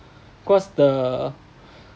cause the